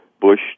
Bush